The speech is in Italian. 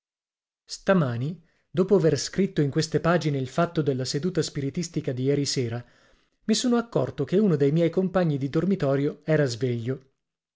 stamani dopo aver scritto in queste pagine il fatto della seduta spiritistica di ierisera mi sono accorto che uno dei miei compagni di dormitorio era sveglio